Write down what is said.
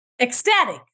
ecstatic